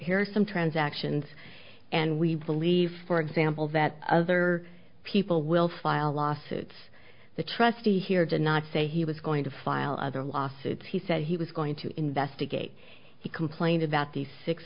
are some transactions and we believe for example that other people will file lawsuits the trustee here did not say he was going to file other lawsuits he said he was going to investigate he complained about these six